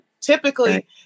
typically